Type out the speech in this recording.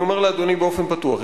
אני אומר לאדוני באופן פתוח,